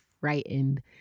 frightened